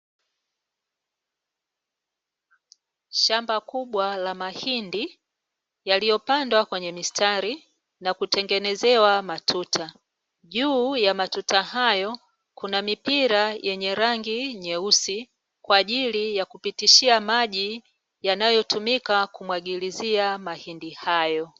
Shamba kubwa la mahindi yaliyopandwa kwenye mistari na kutengenezewa matuta. Juu ya matuta hayo kuna mipira yenye rangi nyeusi kwa ajili ya kupitishia maji yanayotumika kumwagiliza mahindi hayo.